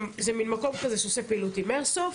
זה מן מקום כזה שעושה פעילות עם איירסופט,